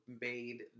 made